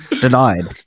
Denied